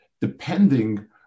depending